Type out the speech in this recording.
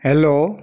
hello